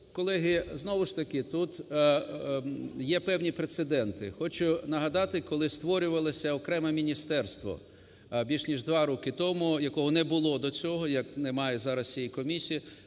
колеги, знову ж таки, тут є певні прецеденти. Хочу нагадати, коли створювалося окреме міністерство, більш ніж 2 роки тому, якого не було до цього, як немає зараз цієї комісії,